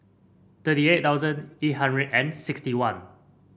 thirty eight thousand eight hundred and sixty one